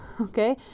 Okay